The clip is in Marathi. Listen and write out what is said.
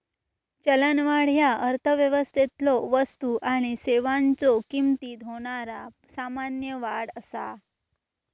चलनवाढ ह्या अर्थव्यवस्थेतलो वस्तू आणि सेवांच्यो किमतीत होणारा सामान्य वाढ असा